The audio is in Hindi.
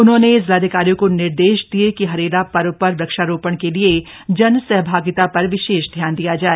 उन्होंने जिलाधिकारियों को निर्देश दिये कि हरेला पर्व पर वृक्षारोपण के लिए जन सहभागिता पर विशेष ध्यान दिया जाय